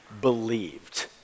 believed